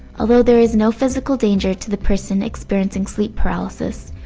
although there is no physical danger to the person experiencing sleep paralysis,